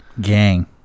Gang